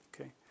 Okay